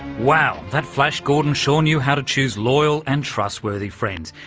wow! that flash gordon sure knew how to choose loyal and trustworthy friends.